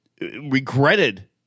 regretted